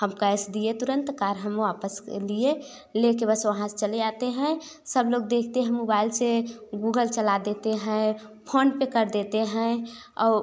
हम कैसे दिए तुरंत कार हम वापस लिए ले कर बस वहाँ से चले आते हैं सब लोग देखते हैं मोबाइल से गूगल चला देते हैं फोनपे कर देते हैं औ